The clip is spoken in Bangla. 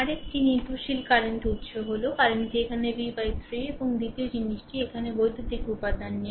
আরেকটি নির্ভরশীল কারেন্ট উৎস হল কারেন্টটি এখানে v 3 এবং দ্বিতীয় জিনিসটি এখানে বৈদ্যুতিক উপাদান নেই